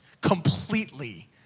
Completely